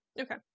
Okay